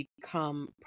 become